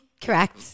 Correct